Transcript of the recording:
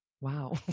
Wow